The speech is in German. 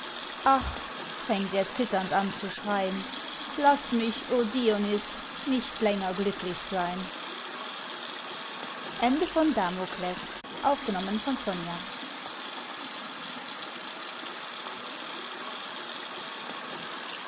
ach fängt er zitternd an zu schrein laß mich o dionys nicht länger glücklich sein